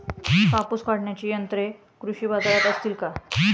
कापूस काढण्याची यंत्रे कृषी बाजारात असतील का?